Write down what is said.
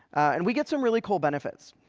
and we get some really cool benefits.